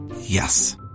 Yes